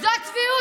זו צביעות.